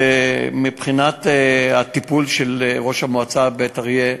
מבחינת הטיפול בראש מועצת בית-אריה,